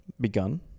begun